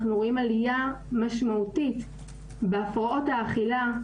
אנחנו רואים עלייה משמעותית בהפרעות האכילה,